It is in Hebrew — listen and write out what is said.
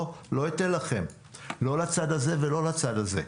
לא, אני לא אתן לכם, לא לצד הזה ולא לצד הזה.